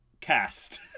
cast